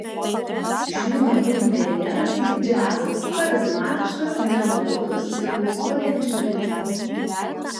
šių namų interjeras lyg džiazas charizmatiškas nenuobodus ir pulsuojančio ritmo